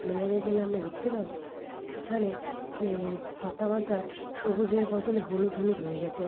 অন্য জায়গায় গেলে আমরা দেখতে পাবো সেখানে যে পাতা মাতা সবুজের বদলে হলুদ হলুদ হয়ে গেছে